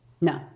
No